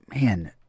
man